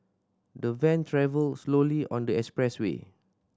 the van travelled slowly on the expressway